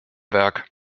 werk